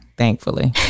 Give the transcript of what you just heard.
Thankfully